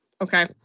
Okay